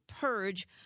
purge